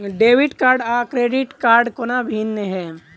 Debit card आ credit कोना भिन्न है?